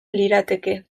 lirateke